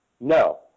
No